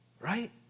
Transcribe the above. Right